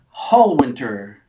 Hallwinter